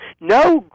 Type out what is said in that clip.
No